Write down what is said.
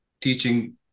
teaching